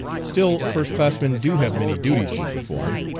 still first-classmen do have many duties to perform,